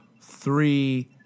three